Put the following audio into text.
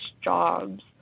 jobs